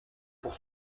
pour